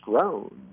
grown